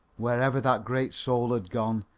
wherever that great soul had gone,